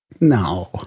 No